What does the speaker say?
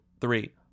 three